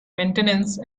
maintenance